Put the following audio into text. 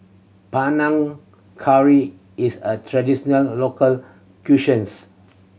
Panang Curry is a traditional local